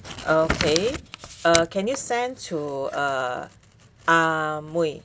okay can you send to uh Ah Mui